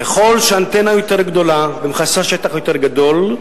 ככל שהאנטנה יותר גדולה ומכסה שטח יותר גדול,